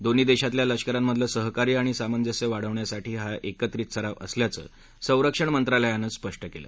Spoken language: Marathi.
दोन्ही देशातल्या लष्करांमधलं सहकार्य आणि सामंजस्य वाढण्यासाठी हा एकत्रित सराव असल्याचं संरक्षण मंत्रालयानं स्पष्ट केलं